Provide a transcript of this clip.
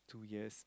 two years